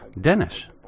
Dennis